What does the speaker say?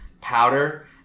powder